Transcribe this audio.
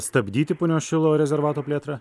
stabdyti punios šilo rezervato plėtrą